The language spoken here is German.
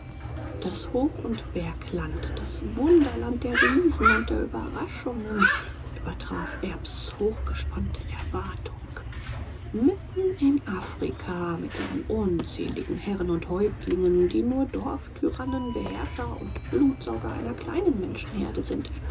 das hoch und bergland das wunderland der riesen und der überraschungen übertraf erbs hochgespannte erwartung mitten in afrika mit seinen unzähligen herren und häuptlingen die nur dorftyrannen beherrscher und blutsauger einer kleinen menschenherde sind